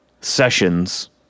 sessions